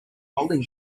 holding